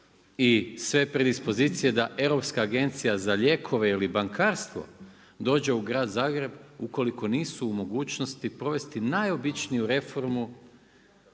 i sve predispozicije da Europska agencija za lijekove ili bankarstvo, dođe u grad Zagreb, ukoliko nisu u mogućnosti provesti najobičniju reformu